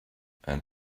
and